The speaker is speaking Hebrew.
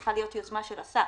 צריכה להיות יוזמה של השר.